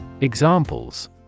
Examples